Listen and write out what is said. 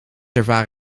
ervaar